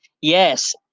Yes